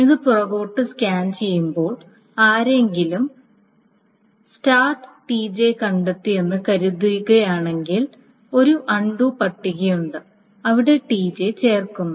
ഇത് പുറകോട്ട് സ്കാൻ ചെയ്യുമ്പോൾ ആരെങ്കിലും ആരംഭിക്കുക Tj കണ്ടെത്തിയെന്ന് കരുതുകയാണെങ്കിൽ ഒരു അൺണ്ടു പട്ടികയുണ്ട് അവിടെ Tj ചേർക്കുന്നു